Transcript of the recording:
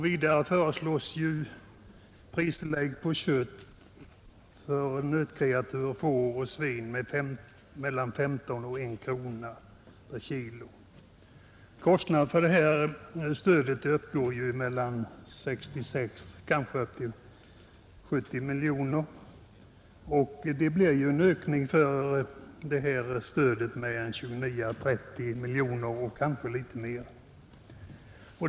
Vidare föreslås pristillägg på kött av nötkreatur, får och svin med mellan 15 öre och 1 krona per kg. Kostnaderna för stödet uppgår till 66 å 70 miljoner kronor, vilket medför en ökning av stödet med 29 miljoner å30 miljoner kronor, eller kanske litet mer.